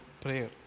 prayer